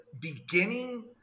beginning –